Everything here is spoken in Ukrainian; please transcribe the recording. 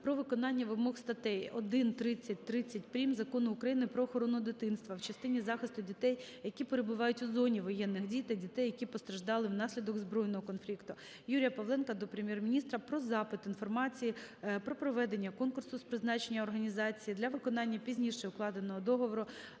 про виконання вимог статей 1, 30, 30-прім Закону України "Про охорону дитинства" в частині захисту дітей, які перебувають у зоні воєнних дій, та дітей, які постраждали внаслідок збройного конфлікту. Юрія Павленка до Прем'єр-міністра про запит інформації про проведення конкурсу з призначення організації для виконання пізніше укладеного Договору